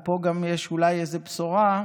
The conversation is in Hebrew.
ופה גם יש אולי איזו בשורה.